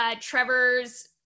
Trevor's